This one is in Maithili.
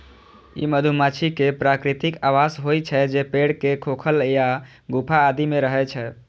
ई मधुमाछी के प्राकृतिक आवास होइ छै, जे पेड़ के खोखल या गुफा आदि मे रहै छै